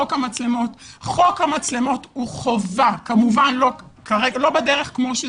חוק המצלמות הוא חובה כמובן לא בדרך כפי שהוא